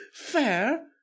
fair